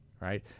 Right